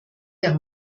der